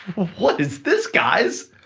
what is this, guys?